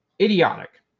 Idiotic